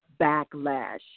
backlash